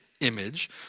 image